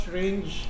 range